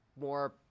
more